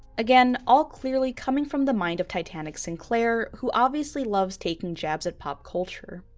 again, all clearly coming from the mind of titanic sinclair who obviously loves taking jabs at pop culture.